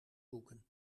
boeken